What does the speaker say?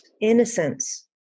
innocence